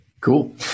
cool